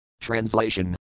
Translation